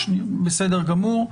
בסדר גמור.